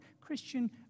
Christian